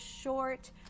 short